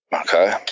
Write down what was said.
Okay